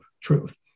truth